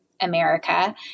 America